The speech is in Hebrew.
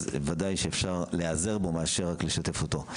אז וודאי שאפשר להיעזר בו מאשר רק לשתף אותו.